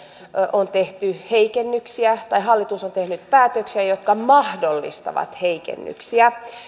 on tehty heikennyksiä tai hallitus on tehnyt päätöksiä jotka mahdollistavat heikennyksiä